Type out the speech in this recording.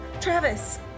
Travis